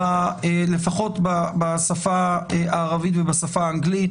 לפחות בשפה הערבית ובשפה האנגלית